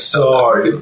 sorry